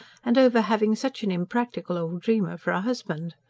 and over having such an unpractical old dreamer for a husband.